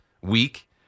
week